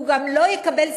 הוא גם לא יקבל סמכויות,